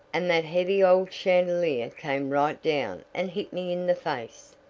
and that heavy old chandelier came right down and hit me in the face.